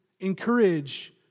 encourage